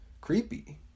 creepy